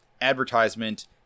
advertisement